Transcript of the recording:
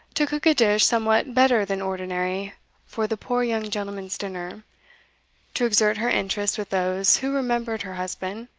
to cook a dish somewhat better than ordinary for the poor young gentleman's dinner to exert her interest with those who remembered her husband,